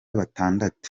batandatu